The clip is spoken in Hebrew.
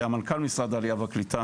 שהיה מנכ"ל משרד העלייה והקליטה,